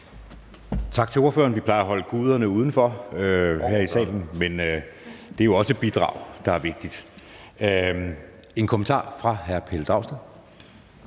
Tak til ordføreren. Vi plejer at holde guderne udenfor her i salen, men det er jo også et bidrag, der er vigtigt. Der er en kort bemærkning fra hr. Pelle Dragsted.